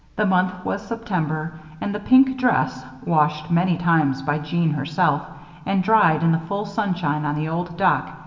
the month was september and the pink dress, washed many times by jeanne herself and dried in the full sunshine on the old dock,